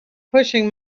pushing